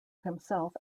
himself